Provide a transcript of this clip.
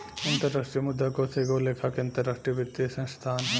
अंतरराष्ट्रीय मुद्रा कोष एगो लेखा के अंतरराष्ट्रीय वित्तीय संस्थान ह